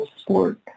sport